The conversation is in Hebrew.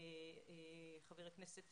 חבר הכנסת